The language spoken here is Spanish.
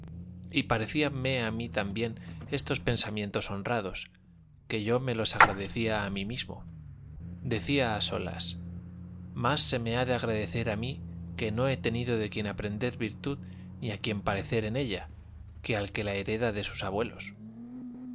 y parecíanme a mí tan bien estos pensamientos honrados que yo me los agradecía a mí mismo decía a solas más se me ha de agradecer a mí que no he tenido de quien aprender virtud ni a quien parecer en ella que al que la hereda de sus abuelos